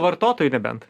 vartotojui nebent